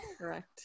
correct